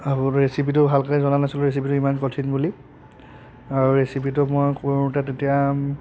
আগতে ৰেচিপিটো ভালকৈ জনা নাছিলোঁ ৰেচিপিটো ইমান কঠিন বুলি আৰু ৰেচিপিটো মই কৰোঁতে তেতিয়া